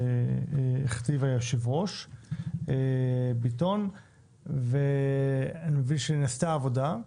הדברים שהכתיב היושב ראש ביטון ואני מבין שנעשתה עבודה,